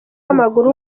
w’amaguru